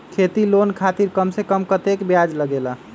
खेती लोन खातीर कम से कम कतेक ब्याज लगेला?